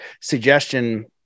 suggestion